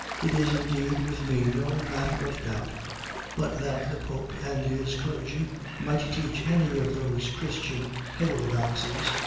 it is, indeed, with me no matter of doubt but that the pope and his clergy might teach any of those christian heterodoxies,